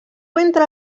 entre